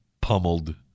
pummeled